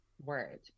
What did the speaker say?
word